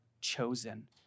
chosen